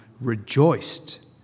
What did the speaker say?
rejoiced